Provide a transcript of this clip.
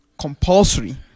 compulsory